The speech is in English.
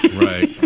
Right